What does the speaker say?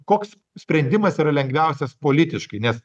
koks sprendimas yra lengviausias politiškai nes